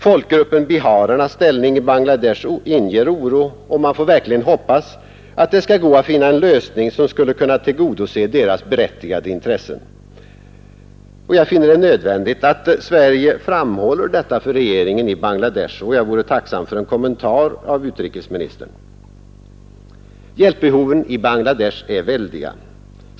Folkgruppen biharernas ställning i Bangladesh inger oro, och man får verkligen hoppas att det skall gå att finna en lösning som kan tillgodose deras berättigade intressen. Jag finner det nödvändigt att Sverige framhåller detta för regeringen i Bangladesh, och jag vore tacksam för en kommentar av utrikesministern. Hjälpbehoven i Bangladesh är väldiga.